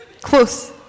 Close